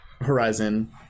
horizon